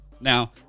now